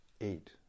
eight